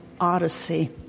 odyssey